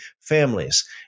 families